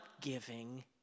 giving